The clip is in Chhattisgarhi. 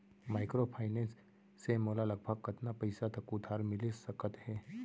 माइक्रोफाइनेंस से मोला लगभग कतना पइसा तक उधार मिलिस सकत हे?